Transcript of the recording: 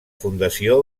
fundació